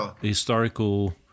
historical